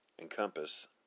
encompass